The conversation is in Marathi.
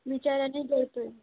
विचाराने जळते